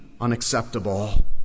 unacceptable